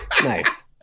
Nice